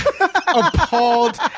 appalled